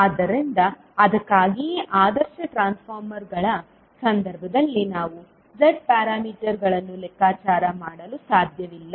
ಆದ್ದರಿಂದ ಅದಕ್ಕಾಗಿಯೇ ಆದರ್ಶ ಟ್ರಾನ್ಸ್ಫಾರ್ಮರ್ಗಳ ಸಂದರ್ಭದಲ್ಲಿ ನಾವು Z ಪ್ಯಾರಾಮೀಟರ್ಗಳನ್ನು ಲೆಕ್ಕಾಚಾರ ಮಾಡಲು ಸಾಧ್ಯವಿಲ್ಲ